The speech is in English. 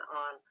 on